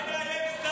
די לאיים סתם.